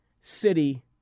city